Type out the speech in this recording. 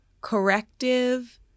corrective